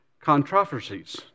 controversies